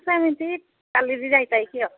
ସେମିତି ଚାଲିଛି ଯାହିତାହିକି